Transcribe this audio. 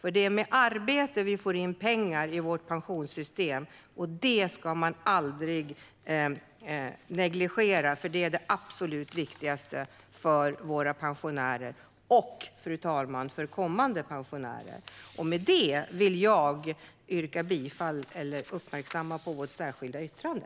Det är med arbete som det kommer in pengar i pensionssystemet. Det ska aldrig negligeras eftersom det är det absolut viktigaste för pensionärerna och, fru talman, för kommande pensionärer. Jag vill därför uppmärksamma vårt särskilda yttrande.